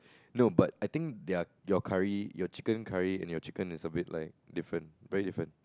no but I think their your curry your chicken curry and your chicken is a bit like different very different